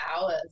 hours